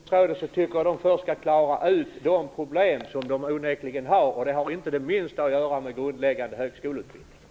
Herr talman! Jag tycker att Medicinska forskningsrådet först skall klara ut de problem som man där onekligen har, och det har inte ett dugg att göra med grundläggande högskoleutbildning.